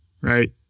right